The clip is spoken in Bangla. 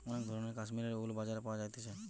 অনেক ধরণের কাশ্মীরের উল বাজারে পাওয়া যাইতেছে